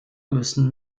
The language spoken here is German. müssen